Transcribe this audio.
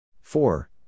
Four